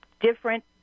different